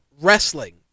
wrestling